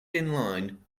inline